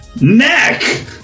neck